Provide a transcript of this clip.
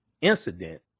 incident